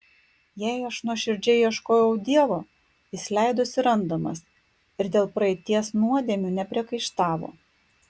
jei aš nuoširdžiai ieškojau dievo jis leidosi randamas ir dėl praeities nuodėmių nepriekaištavo